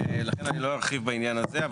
לכן אני לא ארחיב בעניין הזה,